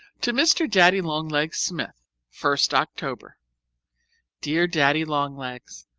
to mr. daddy-long-legs smith first october dear daddy-long-legs,